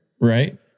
right